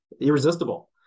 Irresistible